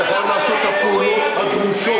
אתה חייב לעשות את הפעולות הדרושות.